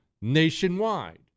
nationwide